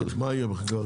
מה יהיה בחקיקה ראשית?